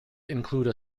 include